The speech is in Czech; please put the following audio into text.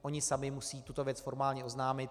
Oni sami musí tuto věc formálně oznámit.